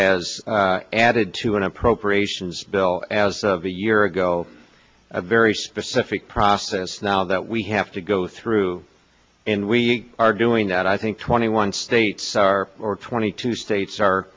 has added to an appropriations bill as of a year ago a very specific process now that we have to go through and we are doing that i think twenty one states are or twenty two states are